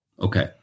Okay